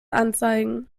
anzeigen